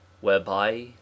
whereby